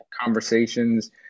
conversations